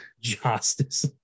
Justice